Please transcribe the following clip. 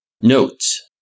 Notes